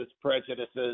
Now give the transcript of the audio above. prejudices